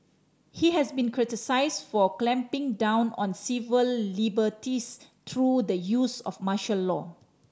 he has been criticised for clamping down on civil liberties through the use of martial law